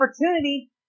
opportunity